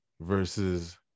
versus